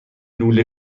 لوله